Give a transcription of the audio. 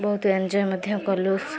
ବହୁତ ଏନ୍ଞ୍ଜୟେ ମଧ୍ୟ କଲୁ